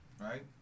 right